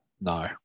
No